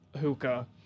hookah